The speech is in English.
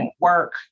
work